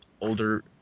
older